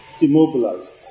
immobilized